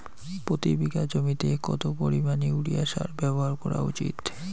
প্রতি বিঘা জমিতে কত পরিমাণ ইউরিয়া সার ব্যবহার করা উচিৎ?